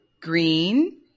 green